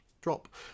drop